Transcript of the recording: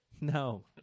No